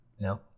No